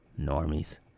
Normies